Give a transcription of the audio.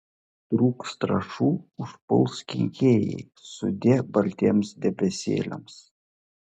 trūks trąšų užpuls kenkėjai sudie baltiems debesėliams